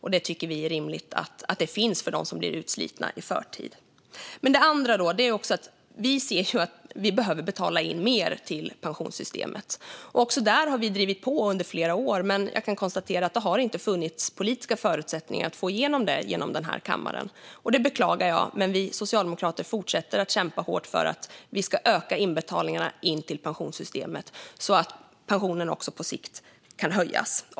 Vi tycker att det är rimligt att en sådan finns för dem som blir utslitna i förtid. Det andra är att vi behöver betala in mer till pensionssystemet. Också där har vi drivit på under flera år, men jag kan konstatera att det inte har funnits politiska förutsättningar för att få igenom det här i kammaren. Det beklagar jag. Men Socialdemokraterna fortsätter att kämpa hårt för att vi ska öka inbetalningarna till pensionssystemet, så att pensionerna på sikt kan höjas.